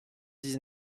dix